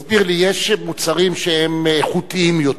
אם יש מוצרים שהם איכותיים יותר,